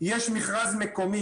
יש מכרז מקומי,